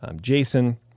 Jason